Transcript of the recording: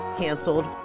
canceled